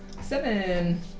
Seven